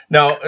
Now